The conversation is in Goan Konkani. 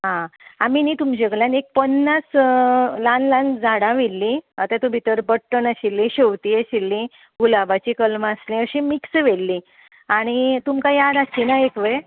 आमी न्हय तुमच्या कडल्यान पन्नास ल्हान ल्हान झाडां व्हेल्लीं तेतू भितर बट्टन आशिल्ले शेवतीं आशिल्लीं गुलाबाची कलमां आसलीं अशीं मिक्स व्हेल्लीं आनी तुमकां याद आसची ना एकवेळ